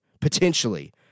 Potentially